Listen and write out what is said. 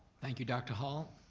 thank you, dr. hall.